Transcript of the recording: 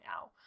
now